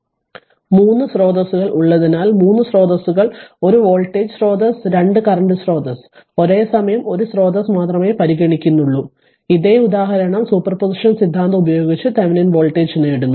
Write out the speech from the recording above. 3 സ്രോതസ്സുകൾ ഉള്ളതിനാൽ 3 സ്രോതസ്സുകൾ ഒരു വോൾട്ടേജ് സ്രോതസ്സ് 2 കറന്റ് സ്രോതസ്സ് ഒരേ സമയം ഒരു സ്രോതസ്സ് മാത്രമേ പരിഗണിക്കുന്നുള്ളൂ ഇതേ ഉദാഹരണം r സൂപ്പർ പൊസിഷൻ സിദ്ധാന്തം ഉപയോഗിച്ച് തെവെനിൻ വോൾട്ടേജ് നേടുന്നു